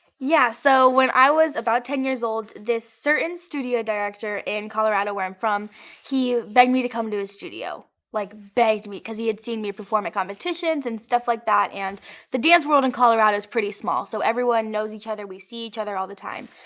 yeah so when i was about ten years old this certain studio director in colorado where i'm from he begged me to come to his studio, like begged me because he had seen me perform at competitions and stuff like that. and the dance world in colorado is pretty small, so everyone knows each other. we see each other all the time.